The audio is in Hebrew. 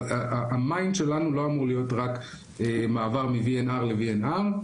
אבל המיינד שלנו לא אמור להיות רק מעבר מ-VNR ל-VNR,